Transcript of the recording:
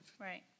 Right